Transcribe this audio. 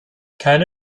keine